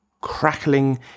crackling